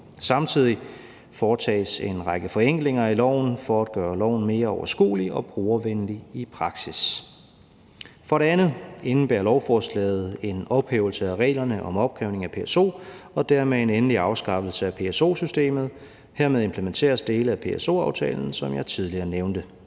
Samtidig foretages en række forenklinger i loven for at gøre loven mere overskuelig og brugervenlig i praksis. For det andet indebærer lovforslaget en ophævelse af reglerne om opkrævning af PSO og dermed en endelig afskaffelse af PSO-systemet. Hermed implementeres dele af PSO-aftalen, som jeg tidligere nævnte.